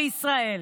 בישראל.